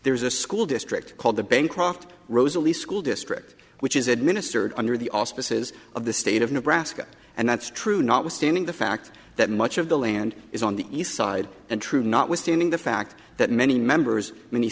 there's a school district called the bancroft rosalie's school district which is administered under the auspices of the state of nebraska and that's true notwithstanding the fact that much of the land is on the east side and true notwithstanding the fact that many members many